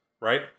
right